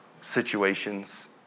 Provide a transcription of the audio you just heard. situations